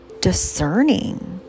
discerning